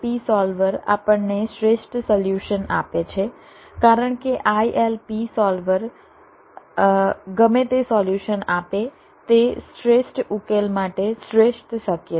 ILP solver આપણને શ્રેષ્ઠ solution આપશે કારણ કે ILP સોલ્વર ગમે તે સોલ્યુશન આપે તે શ્રેષ્ઠ ઉકેલ માટે શ્રેષ્ઠ શક્ય છે